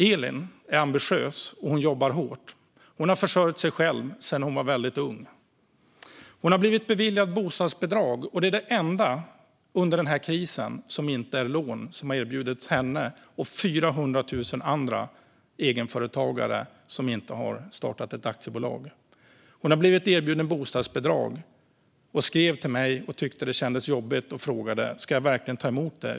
Elin är ambitiös, och hon jobbar hårt. Hon har försörjt sig själv sedan hon var väldigt ung. Hon har blivit beviljad bostadsbidrag, och det är det enda som inte är ett lån som under den här krisen har erbjudits henne och 400 000 egenföretagare som inte har startat ett aktiebolag. Hon har blivit erbjuden bostadsbidrag, och hon skrev till mig om att hon tyckte att det kändes jobbigt. Hon frågade: Ska jag verkligen ta emot det?